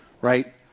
right